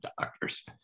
doctors